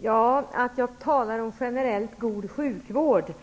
Herr talman! Jag talar onekligen om en generellt god sjukvård.